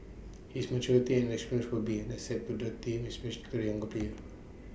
his maturity and experience will be an asset to the team especially to the younger players